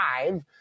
five